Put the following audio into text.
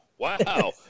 Wow